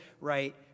right